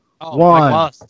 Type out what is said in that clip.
one